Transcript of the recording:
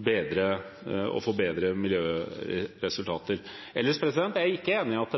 å få bedre miljøresultater. Ellers er jeg ikke enig i at